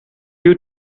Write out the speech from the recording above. you